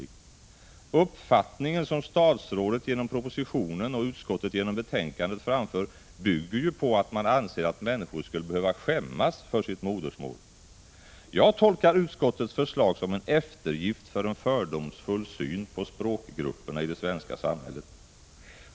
Den uppfattning som statsrådet genom propositionen och utskottet genom betänkandet framför bygger ju på att man anser att människor skulle behöva skämmas för sitt modersmål. Jag tolkar utskottets förslag som en eftergift för en fördomsfull syn på språkgrupperna i det svenska samhället.